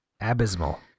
Abysmal